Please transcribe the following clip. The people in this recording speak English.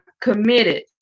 committed